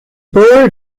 bird